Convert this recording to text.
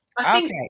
okay